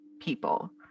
people